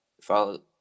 follow